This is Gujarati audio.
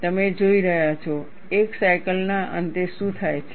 તમે જોઈ રહ્યા છો એક સાયકલના અંતે શું થાય છે